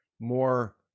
more